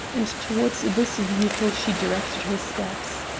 and towards this vehicle she directed her steps.